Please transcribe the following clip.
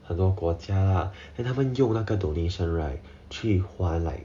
很多国家 lah then 他们用那个 donation right 去还 like